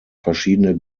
verschiedene